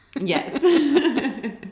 Yes